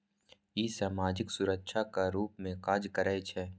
ई सामाजिक सुरक्षाक रूप मे काज करै छै